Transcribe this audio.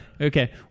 Okay